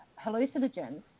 hallucinogens